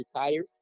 retired